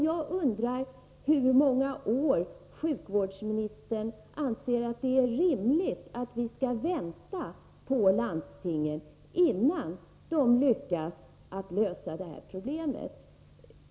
Jag undrar hur många år sjukvårdsministern anser att det är rimligt att vi skall vänta på att landstingen skall lyckas lösa detta problem.